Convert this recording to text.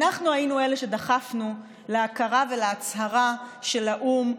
אנחנו היינו אלה שדחפנו להכרה ולהצהרה של האו"ם,